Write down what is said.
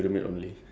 ya